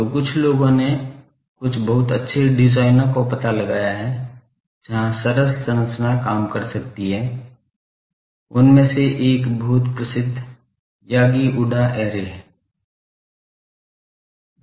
तो कुछ लोगों ने कुछ बहुत अच्छे डिजाइनों का पता लगाया है जहां सरल संरचना काम कर सकती है उनमें से एक बहुत प्रसिद्ध यागी उडा ऐरे है